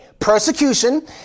Persecution